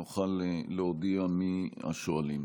ונוכל להודיע מי השואלים.